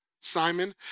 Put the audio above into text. Simon